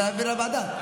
אפשר להעביר לוועדה.